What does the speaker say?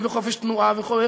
בכלום.